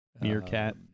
Meerkat